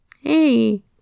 Hey